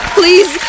please